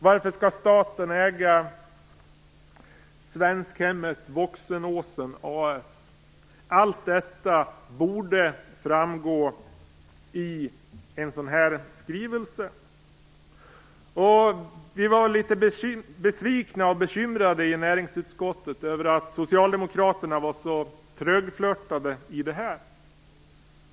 Varför skall staten äga Svenskhemmet Voksenåsen A/S? Allt detta borde framgå i en sådan här skrivelse. Vi i näringsutskottet var litet besvikna och bekymrade över att Socialdemokraterna var så trögflirtade när det gäller det här.